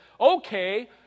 okay